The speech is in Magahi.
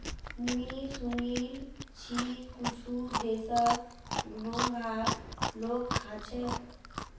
मुई सुनील छि कुछु देशत घोंघाक लोग खा छेक